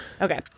Okay